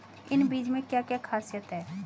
इन बीज में क्या क्या ख़ासियत है?